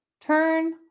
Turn